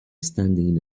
standing